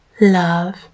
love